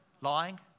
Lying